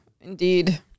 indeed